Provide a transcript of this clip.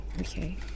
Okay